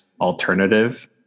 alternative